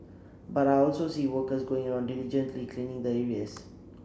but I also see workers going on diligently cleaning the areas